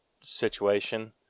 situation